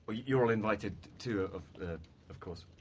ah you're all invited too, of of course.